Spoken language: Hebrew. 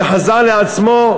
וחזר לעצמו,